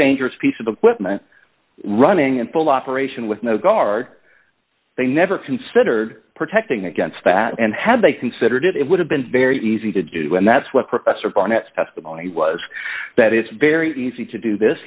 dangerous piece of equipment running in full operation with no guard they never considered protecting against that and had they considered it it would have been very easy to do and that's what professor barnett testimony was that it's very easy to do this